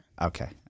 Okay